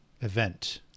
event